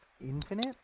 Infinite